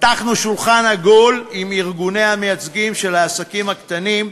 פתחנו שולחן עגול עם הארגונים המייצגים של העסקים הקטנים,